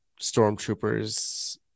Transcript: stormtroopers